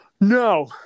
no